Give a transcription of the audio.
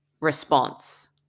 response